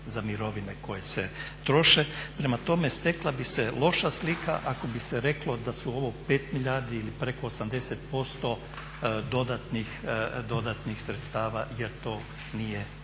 za mirovine koje se troše. Prema tome, stekla bi se loša slika ako bi se reklo da su ovo 5 milijardi ili preko 80% dodatnih sredstava jer to nije tako.